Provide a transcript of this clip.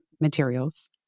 materials